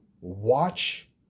watch